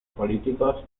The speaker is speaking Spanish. políticos